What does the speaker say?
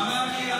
בסדר.